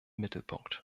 mittelpunkt